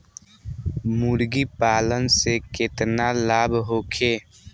मुर्गीपालन से केतना लाभ होखे?